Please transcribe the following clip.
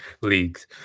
leagues